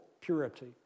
purity